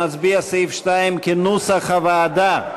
נצביע על סעיף 2 כנוסח הוועדה.